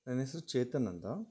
ನನ್ನ ಹೆಸ್ರು ಚೇತನ್ ಅಂತ